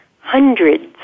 hundreds